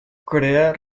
corea